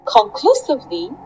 Conclusively